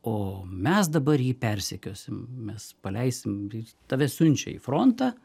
o mes dabar jį persekiosim mes paleisim tave siunčia į frontą